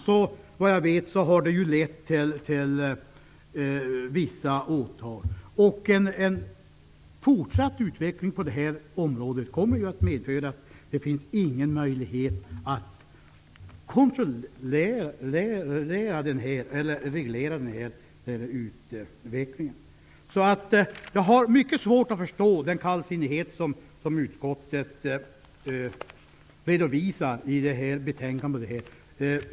Redan har detta, såvitt jag vet, lett till vissa åtal. En fortsatt utveckling på det här området kommer att medföra att det inte finns någon möjlighet att reglera den här utvecklingen. Jag har mycket svårt att förstå den kallsinnighet som utskottet redovisar i detta betänkande.